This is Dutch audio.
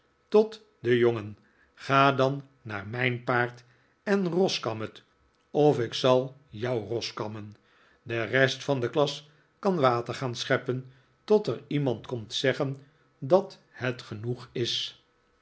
tot den jongen ga dan naar m ij n paard en roskam het of ik zal jou roskammen de rest van de klas kan water gaan scheppen tot er iemand komt zeggen dat het genoeg is